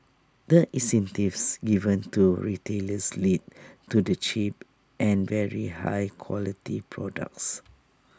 the incentives given to retailers lead to the cheap and very high quality products